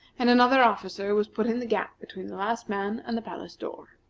and another officer was put in the gap between the last man and the palace door.